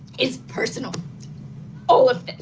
is personal all of this.